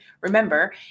Remember